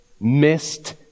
missed